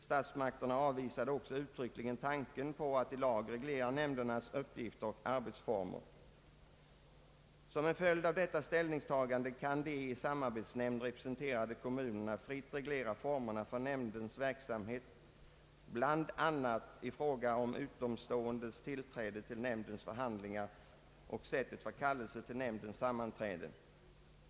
Statsmakterna avvisade också uttryckligen tanken på att i lag reglera nämndernas uppgifter och arbetsformer. Som en följd av detta ställningstagande kan de i en samarbetsnämnd representerade kommunerna fritt reglera formerna för nämndens verksamhet bl.a. i fråga om utomståendes tillträde till nämndens förhandlingar och sättet för kallelse till nämndens sammanträden.